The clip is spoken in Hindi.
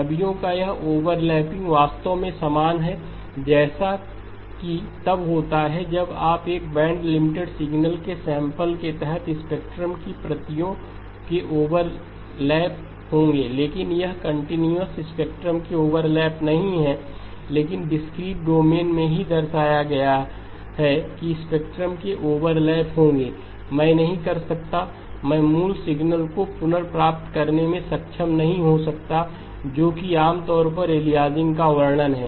छवियों का यह ओवरलैपिंग वास्तव में समान है जैसा कि तब होता है जब आप एक बैंड लिमिटेड सिग्नल के सैंपल के तहत स्पेक्ट्रम की प्रतियों के ओवरलैप होंगे लेकिन यह कन्टीन्यूस स्पेक्ट्रम के ओवरलैप नहीं है लेकिन डिस्क्रीट डोमेन में ही दर्शाया गया है कि स्पेक्ट्रम के ओवरलैप होंगे मैं नहीं कर सकता मैं मूल सिग्नल को पुनर्प्राप्त करने में सक्षम नहीं हो सकता जो कि आमतौर पर अलियासिंग का वर्णन है